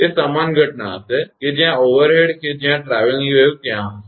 તે સમાન ઘટના હશે કે જ્યાં ઓવરહેડ કે જ્યાં ટ્રાવેલીંગ વેવ ત્યાં હશે